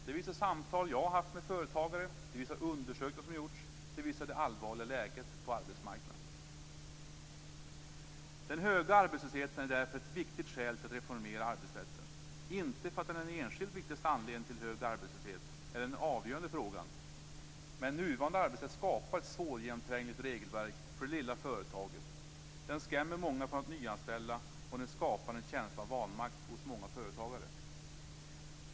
Det visar samtal som jag har haft med företagare, det visar undersökningar som har gjorts och det visar det allvarliga läget på arbetsmarknaden. Den höga arbetslösheten är därför ett viktigt skäl för att reformera arbetsrätten, inte för att den är den enskilt viktigaste anledningen till hög arbetslöshet eller den avgörande frågan. Men nuvarande arbetsrätt skapar ett svårgenomträngligt regelverk för det lilla företaget. Den skrämmer många från att nyanställa, och den skapar en känsla av vanmakt hos många företagare.